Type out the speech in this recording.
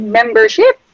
membership